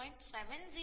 707S અથવા આપણે 0